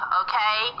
okay